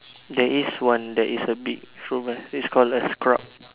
there is one there is a big show where it's called a scrub